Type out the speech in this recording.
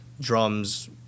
drums